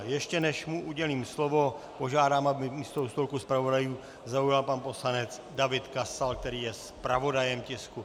Ještě, než mu udělím slovo, požádám, aby místo u stolku zpravodajů zaujal pan poslanec David Kasal, který je zpravodajem tisku.